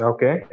Okay